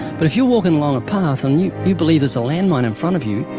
but if you're walking along a path and you you believe there's a land mine in front of you,